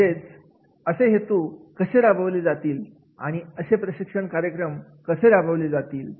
म्हणजेच असे हे तू कसे राबवले जातील आणि अशी प्रशिक्षण कार्यक्रम कसे राबवले जातील